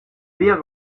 berr